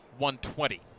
120